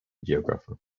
geographer